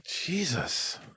Jesus